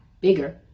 bigger